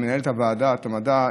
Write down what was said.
מנהלת ועדת המדע,